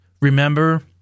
Remember